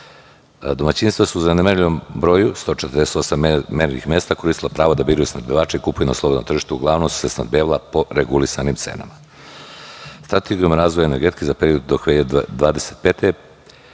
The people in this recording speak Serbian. Domaćinstva su u merljivom broju, 148 mernih mesta, koristila pravo da biraju snabdevače i kupuju na slobodnom tržištu i uglavnom su se snabdevala po regulisanim cenama. Strategijom razvoja energetike za period do 2025.